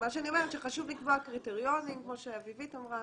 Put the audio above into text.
אומרת שחשוב לקבוע קריטריונים כמו שאביבית אמרה,